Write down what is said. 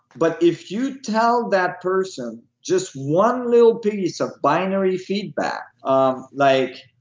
but if you tell that person just one little piece of binary feedback um like,